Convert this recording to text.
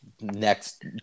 Next